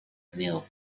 nil